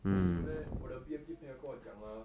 没有 leh 我的 B_M_T 朋友跟我讲 ah